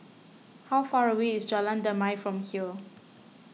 how far away is Jalan Damai from here